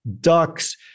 ducks